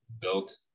built